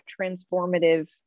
transformative